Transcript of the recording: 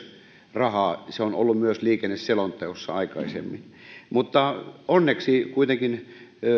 rahaa se on ollut myös liikenneselonteossa aikaisemmin mutta onneksi kuitenkin